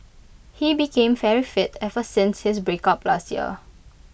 he became very fit ever since his breakup last year